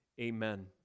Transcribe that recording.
amen